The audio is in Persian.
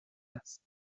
است